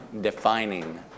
defining